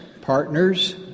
partners